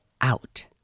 out